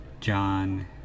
John